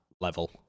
level